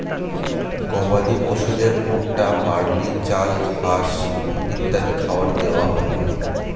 গবাদি পশুদেরকে ভুট্টা, বার্লি, চাল, ঘাস ইত্যাদি খাবার দেওয়া হয়